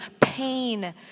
pain